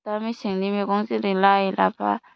दा मेसेंनि मेगं जेरै लाय लाफा